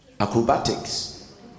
acrobatics